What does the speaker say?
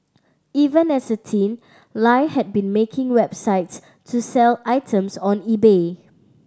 even as a teen Lie had been making websites to sell items on eBay